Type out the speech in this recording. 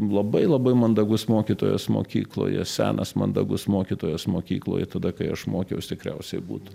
labai labai mandagus mokytojas mokykloje senas mandagus mokytojas mokykloje tada kai aš mokiausi tikriausiai būtų